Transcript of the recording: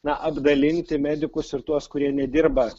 na apdalinti medikus ir tuos kurie nedirba